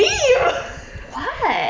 what